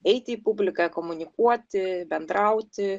eiti į publiką komunikuoti bendrauti